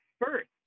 first